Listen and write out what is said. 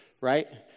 right